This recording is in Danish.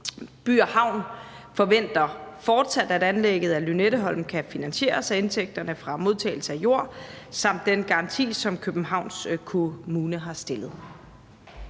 By & Havn forventer fortsat, at anlægget af Lynetteholmen kan finansieres af indtægterne fra modtagelse af jord samt den garanti, som Københavns Kommune har stillet.